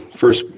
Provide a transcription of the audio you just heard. first